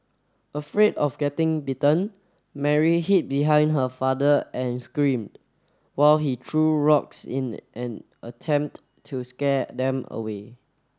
afraid of getting bitten Mary hid behind her father and screamed while he threw rocks in an attempt to scare them away